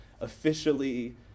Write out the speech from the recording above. officially